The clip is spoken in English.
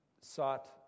sought